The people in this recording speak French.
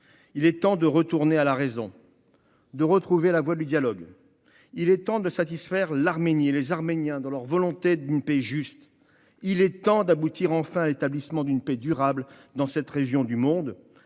Il est temps de revenir à la raison et de retrouver la voie du dialogue. Il est temps de satisfaire l'Arménie et les Arméniens dans leur volonté d'une paix juste. Il est temps d'aboutir, enfin, à l'établissement d'une paix durable dans cette région du monde.